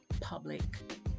public